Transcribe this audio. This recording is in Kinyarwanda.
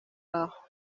aho